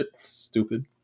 Stupid